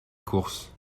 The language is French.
course